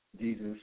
Jesus